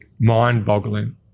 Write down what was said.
mind-boggling